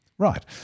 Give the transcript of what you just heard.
Right